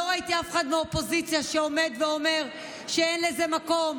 לא ראיתי אף אחד מהאופוזיציה שעומד ואומר שאין לזה מקום,